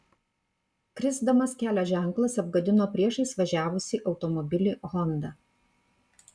krisdamas kelio ženklas apgadino priešais važiavusį automobilį honda